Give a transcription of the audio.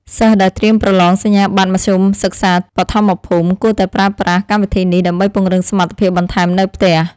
សិស្សដែលត្រៀមប្រឡងសញ្ញាបត្រមធ្យមសិក្សាបឋមភូមិគួរតែប្រើប្រាស់កម្មវិធីនេះដើម្បីពង្រឹងសមត្ថភាពបន្ថែមនៅផ្ទះ។